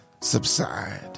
subside